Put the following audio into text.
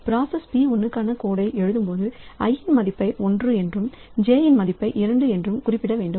process P1 காண code எழுதும்போது i இன் மதிப்பை 1 என்றும் j இன் மதிப்பை 2 என்றும் குறிப்பிட வேண்டும்